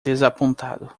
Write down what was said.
desapontado